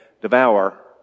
devour